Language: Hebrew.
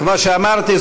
כמו שאמרתי,